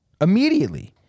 Immediately